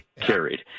Carried